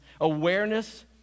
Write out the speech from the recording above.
awareness